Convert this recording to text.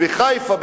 בחיפה,